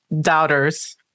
doubters